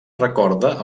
recorda